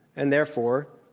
and, therefore,